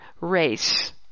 Race